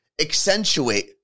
accentuate